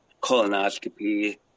colonoscopy